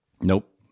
Nope